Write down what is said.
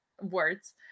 words